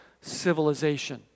civilization